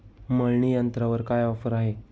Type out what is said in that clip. मळणी यंत्रावर काय ऑफर आहे?